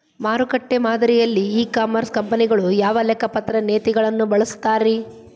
ಮಾರುಕಟ್ಟೆ ಮಾದರಿಯಲ್ಲಿ e commerce ಕಂಪನಿಗಳು ಯಾವ ಲೆಕ್ಕಪತ್ರ ನೇತಿಗಳನ್ನ ಬಳಸುತ್ತಾರಿ?